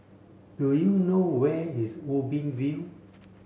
do you know where is Ubi View